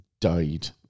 died